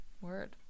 word